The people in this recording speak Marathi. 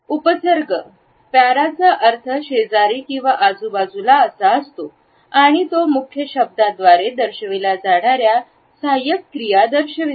उपसर्ग पॅराचा अर्थ शेजारी किंवा आजूबाजूला असाअसतो आणि तो मुख्य शब्दाद्वारे दर्शविल्या जाणार्या सहाय्यकक्रिया दर्शवितो